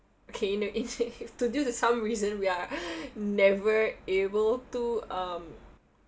okay you know if due to some reason we are never able to um